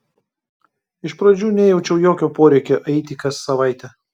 iš pradžių nejaučiau jokio poreikio eiti kas savaitę